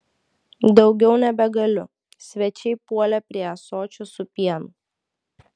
daugiau nebegaliu svečiai puolė prie ąsočio su pienu